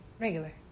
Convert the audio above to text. Regular